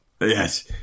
Yes